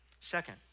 Second